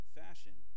fashion